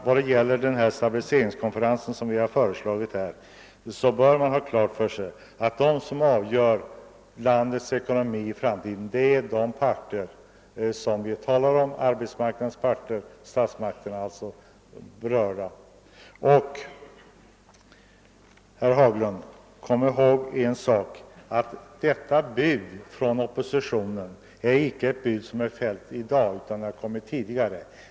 Vad gäller den stabiliseringskonferens som vi har föreslagit bör man ha klart för sig att de som avgör landets framtida ekonomi är statsmakterna samt arbetsmarknadens och andra berörda parter. Jag ber herr Haglund observera att oppositionens bud inte har framlagts i dag utan tidigare.